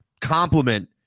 compliment